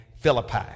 Philippi